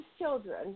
children